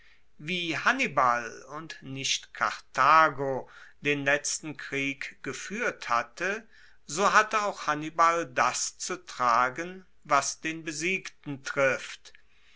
wie hannibal und nicht karthago den letzten krieg gefuehrt hatte so hatte auch hannibal das zu tragen was den besiegten trifft